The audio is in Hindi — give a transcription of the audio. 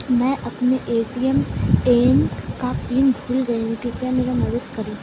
मैं अपना ए.टी.एम का पिन भूल गया हूं, कृपया मेरी मदद करें